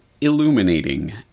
illuminating